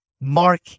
Mark